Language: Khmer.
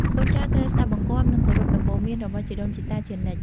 កូនចៅត្រូវស្ដាប់បង្គាប់ និងគោរពដំបូន្មានរបស់ជីដូនជីតាជានិច្ច។